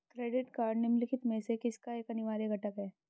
Credit card निम्नलिखित में से किसका एक अनिवार्य घटक है?